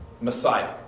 Messiah